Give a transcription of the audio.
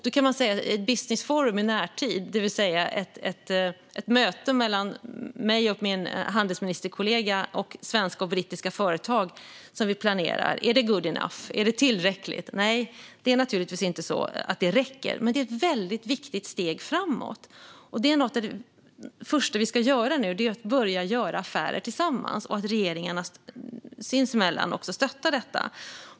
Det business forum - det vill säga ett möte mellan mig och min brittiske handelsministerkollega och svenska och brittiska företag - som vi planerar i närtid, är det good enough? Är det tillräckligt? Nej, det räcker naturligtvis inte. Men det är ett väldigt viktigt steg framåt, och något av det första vi ska göra nu är att börja göra affärer tillsammans som regeringarna stöttar sinsemellan.